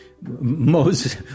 Moses